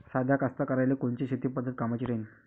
साध्या कास्तकाराइले कोनची शेतीची पद्धत कामाची राहीन?